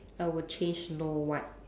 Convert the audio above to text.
I would change snow white